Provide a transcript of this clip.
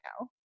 now